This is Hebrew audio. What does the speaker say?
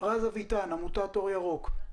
רז אביטן, עמותת אור ירוק.